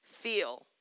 feel